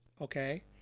okay